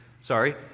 Sorry